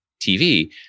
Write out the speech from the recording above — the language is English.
TV